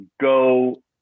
go